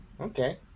okay